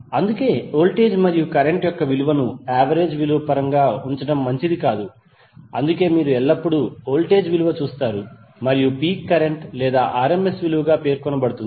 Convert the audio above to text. అందుకే వోల్టేజ్ మరియు కరెంట్ యొక్క విలువను యావరేజ్ విలువ పరంగా ఉంచడం మంచిది కాదు అందుకే మీరు ఎల్లప్పుడూ వోల్టేజ్ విలువను చూస్తారు మరియు పీక్ కరెంట్ లేదా rms విలువగా పేర్కొనబడుతుంది